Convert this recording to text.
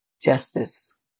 justice